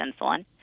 insulin